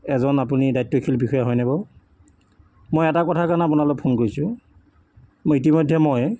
এজন আপুনি দায়িত্বশীল বিষয়া হয় নে বাৰু মই এটা কথাৰ কাৰণে আপোনালৈ ফোন কৰিছোঁ মই ইতিমধ্যে মই